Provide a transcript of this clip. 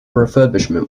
refurbishment